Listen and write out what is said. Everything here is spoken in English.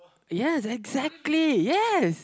yes exactly yes